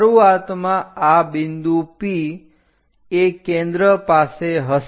શરૂઆતમાં આ બિંદુ P એ કેન્દ્ર પાસે હશે